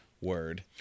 word